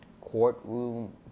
courtroom